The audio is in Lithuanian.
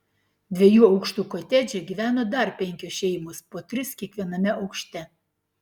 dviejų aukštų kotedže gyveno dar penkios šeimos po tris kiekviename aukšte